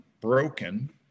broken